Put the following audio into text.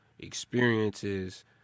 Experiences